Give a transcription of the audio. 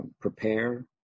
prepare